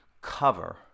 cover